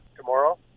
tomorrow